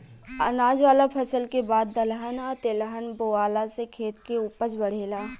अनाज वाला फसल के बाद दलहन आ तेलहन बोआला से खेत के ऊपज बढ़ेला